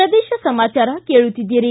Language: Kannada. ಪ್ರದೇಶ ಸಮಾಚಾರ ಕೇಳುತ್ತಿದ್ದೀರಿ